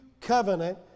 Covenant